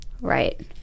Right